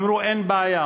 אמרו: אין בעיה.